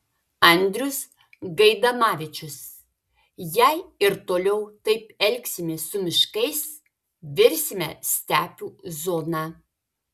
andrius gaidamavičius jei ir toliau taip elgsimės su miškais virsime stepių zona